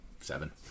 Seven